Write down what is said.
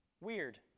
weird